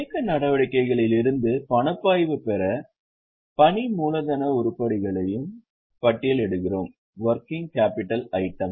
இயக்க நடவடிக்கைகளில் இருந்து பணப்பாய்வு பெற பணி மூலதன உருப்படிகளையும் பட்டியலிடுகிறோம்